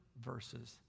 verses